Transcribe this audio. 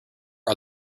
are